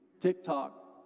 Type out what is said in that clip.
TikTok